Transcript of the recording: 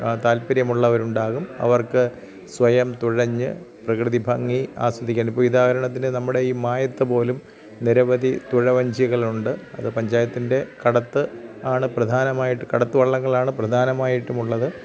താല്പര്യമുള്ളവരുണ്ടാകും അവർക്ക് സ്വയം തുഴഞ്ഞ് പ്രകൃതി ഭംഗി ആസ്വദിക്കാം ഇപ്പോൾ ഉദാഹരണത്തിന് നമ്മുടെ ഈ മായത്ത പോലും നിരവധി തുഴവഞ്ചികളുണ്ട് അത് പഞ്ചായത്തിൻ്റെ കടത്ത് ആണ് പ്രധാനമായിട്ട് കടത്ത് വള്ളങ്ങളാണ് പ്രധാനമായിട്ടുമുള്ളത്